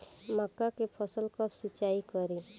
मका के फ़सल कब सिंचाई करी?